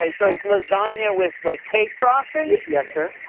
um so it's lasagna with, like, cake frosting? yes, sir.